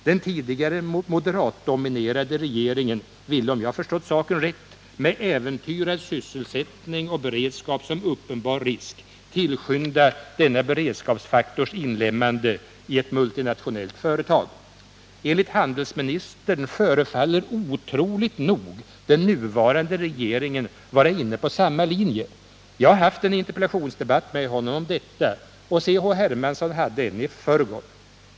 Den tidigare moderatdominerade regeringen ville, om jag förstått saken rätt, med äventyrad sysselsättning och beredskap som uppenbar risk, tillskynda denna beredskapsfaktors inlemmande i ett multinationellt företag. Enligt handelsministern förefaller otroligt nog den nuvarande regeringen vara inne på samma linje. Jag har haft en interpellationsdebatt med honom om detta och C. H. Hermansson hade en i förrgår.